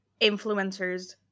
influencers